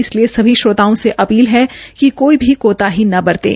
इसलिए सभी श्रोताओं से अपील है कि कोई भी कोताही न बरतें